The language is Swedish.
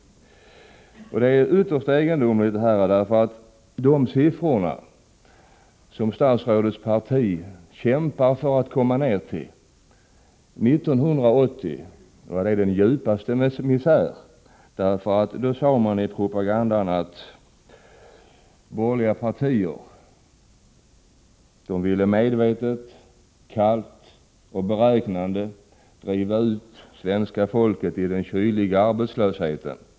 Det är något ytterst egendomligt med de siffror som statsrådets parti kämpar för att komma ner till. År 1980 var de uttryck för djupaste misär. Då sade man i propagandan att borgerliga partier medvetet, kallt och beräknande ville driva ut svenska folket i den kyliga arbetslösheten.